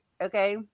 okay